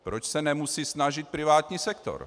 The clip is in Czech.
Proč se nemusí snažit privátní sektor?